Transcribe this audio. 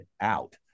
out